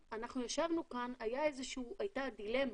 ומאחר ואני התמניתי להיות יושב ראש הוועדה אחרי שהדוח הקודם